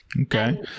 Okay